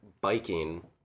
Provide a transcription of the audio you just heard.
biking